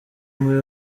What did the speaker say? muri